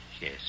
yes